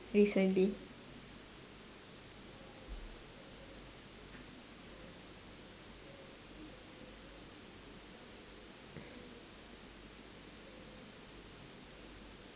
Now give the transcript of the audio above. recently